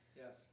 yes